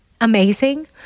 amazing